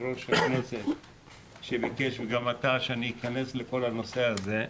ראש הכנסת שביקש וגם אתה שאני אכנס לכל הנושא הזה,